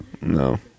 No